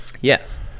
yes